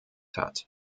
hat